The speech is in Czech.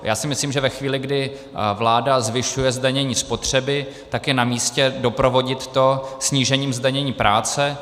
Já si myslím, že ve chvíli, kdy vláda zvyšuje zdanění spotřeby, tak je namístě doprovodit to snížením zdanění práce.